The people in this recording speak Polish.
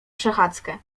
przechadzkę